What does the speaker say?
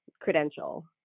credential